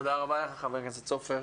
תודה רבה ח"כ סופר.